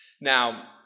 Now